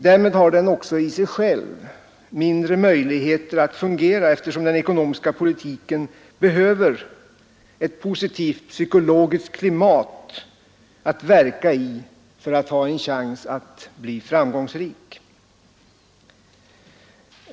Därmed har den också i sig själv mindre möjligheter att fungera, eftersom den ekonomiska politiken behöver ett positivt psykologiskt klimat att verka i för att ha en chans att bli framgångsrik.